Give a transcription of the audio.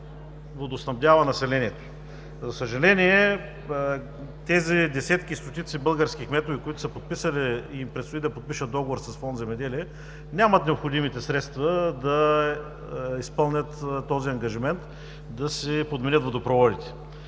която водоснабдява населението. За съжаление, тези десетки и стотици български кметове, които са подписали или предстои да подпишат договор с Фонд „Земеделие“, нямат необходимите средства да изпълнят този ангажимент и да си подменят водопроводите.